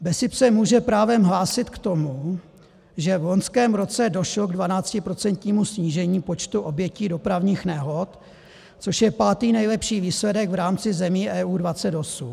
BESIP se může právem hlásit k tomu, že v loňském roce došlo k 12% snížení počtu obětí dopravních nehod, což je pátý nejlepší výsledek v rámci zemí EU 28.